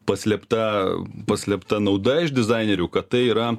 paslėpta paslėpta nauda iš dizainerių kad tai yra